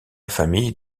famille